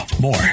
more